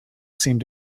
seemed